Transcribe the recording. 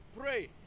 pray